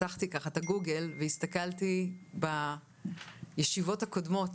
פתחתי את הגוגל והסתכלתי בישיבות הקודמות